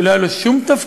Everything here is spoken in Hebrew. כשלא היה לו שום תפקיד,